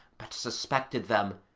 but suspected them,